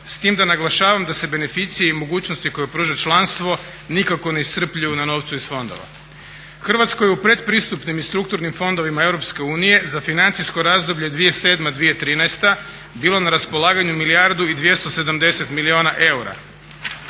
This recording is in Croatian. s tim da naglašavam da se beneficije i mogućnosti koje pruža članstvo nikako ne iscrpljuju na novcu iz fondova. Hrvatskoj je u pretpristupnim i strukturnim fondovima EU za financijsko razdoblje 2007.-2013. bilo na raspolaganju milijardu i 270 milijuna eura.